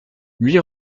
huit